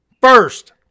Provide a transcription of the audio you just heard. first